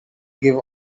give